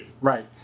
Right